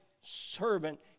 servant